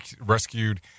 rescued